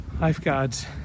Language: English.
Lifeguards